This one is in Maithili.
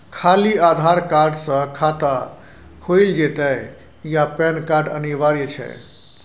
खाली आधार कार्ड स खाता खुईल जेतै या पेन कार्ड अनिवार्य छै?